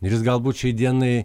ir jis galbūt šiai dienai